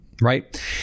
right